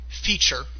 feature